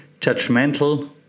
judgmental